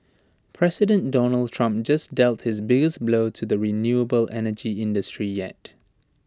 President Donald Trump just dealt his biggest blow to the renewable energy industry yet